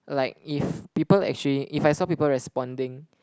like if people actually if I saw people responding